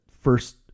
first